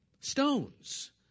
Stones